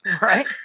Right